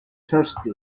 thirsty